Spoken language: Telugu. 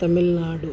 తమిళనాడు